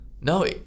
no